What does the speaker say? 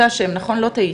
לא טעיתי?